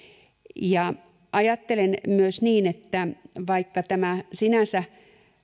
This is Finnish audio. ajattelen myös niin että vaikka tämä sinänsä